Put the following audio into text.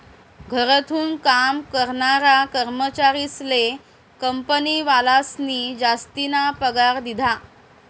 घरथून काम करनारा कर्मचारीस्ले कंपनीवालास्नी जासतीना पगार दिधा